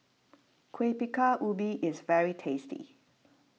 Kueh Bingka Ubi is very tasty